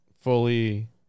fully